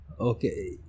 okay